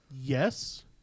yes